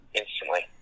instantly